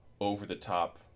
over-the-top